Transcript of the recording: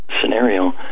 scenario